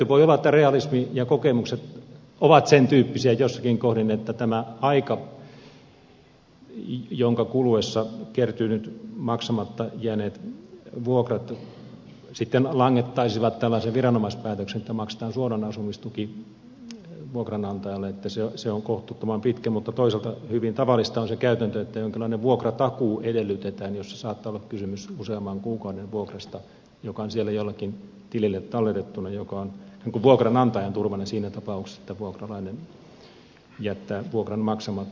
voi olla että realismi ja kokemukset ovat sen tyyppisiä joissakin kohdin että tämä aika jonka kuluessa kertyneet maksamatta jääneet vuokrat sitten langettaisivat tällaisen viranomaispäätöksen että maksetaan suoraan asumistuki vuokranantajalle on kohtuuttoman pitkä mutta toisaalta hyvin tavallista on se käytäntö että edellytetään jonkinlainen vuokratakuu jossa saattaa olla kysymys useamman kuukauden vuokrasta joka on siellä jollekin tilille talletettuna joka on vuokranantajan turvana siinä tapauksessa että vuokralainen jättää vuokran maksamatta